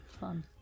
fun